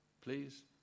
please